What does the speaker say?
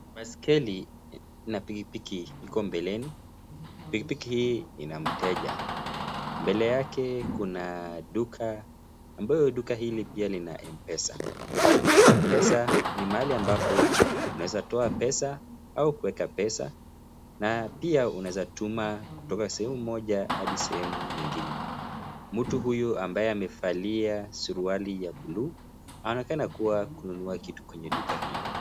Baiskeli na pikipiki iko mbeleni pikipiki hii ina mteja. Mbele yake kuna duka ambaye duka hili lina mpesa, mpesa ni mahali ambapo unaweza toa pesa au kuweka pesa na pia unaweza tuma kutoka sehemu moja hadi sehemu ingine. Mtu huyu ambaye amevalia suruali ya buluu anaonekana kuwa kununua kitu kwenye duka hilo.